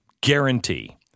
Guarantee